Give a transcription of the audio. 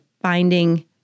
finding